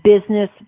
business